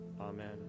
Amen